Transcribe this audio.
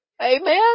amen